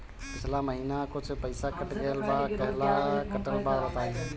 पिछला महीना कुछ पइसा कट गेल बा कहेला कटल बा बताईं?